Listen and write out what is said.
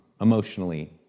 Emotionally